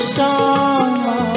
Shama